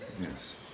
Yes